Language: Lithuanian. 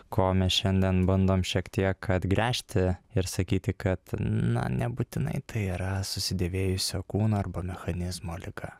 ko mes šiandien bandom šiek tiek atgręžti ir sakyti kad na nebūtinai tai yra susidėvėjusio kūno arba mechanizmo liga